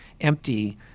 empty